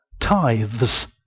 tithes